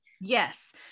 Yes